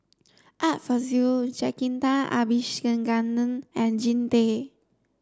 Art Fazil Jacintha Abisheganaden and Jean Tay